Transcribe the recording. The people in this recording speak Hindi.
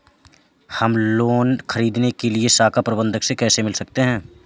हम लोन ख़रीदने के लिए शाखा प्रबंधक से कैसे मिल सकते हैं?